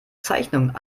zeichnung